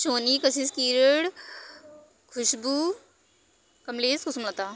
Soni Kashish Kiran Khushboo Kamlesh Kusumlata